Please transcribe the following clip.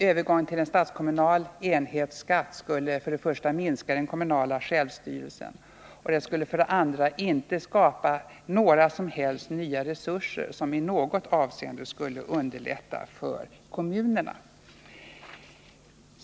Övergång till en statskommunal enhetsskatt skulle för det första minska den kommunala självstyrelsen och den skulle för det andra inte skapa några som helst nya resurser, som i något avseende skulle underlätta för kommunerna.